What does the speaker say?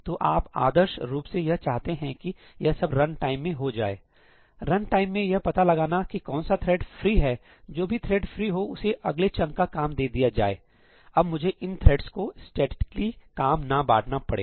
तो आप आदर्श रूप से यह चाहते हैं कि यह सब रनटाइम में हो जाए रनटाइम में यह पता लगाना की कौन सा थ्रेड फ्री है जो भी थ्रेड फ्री हो उसे अगले चंक का काम दे दिया जाए अब मुझे इन थ्रेड्स को स्टैटिसटिकली काम ना बांटना पड़े